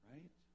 Right